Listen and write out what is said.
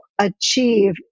achieve